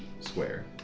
square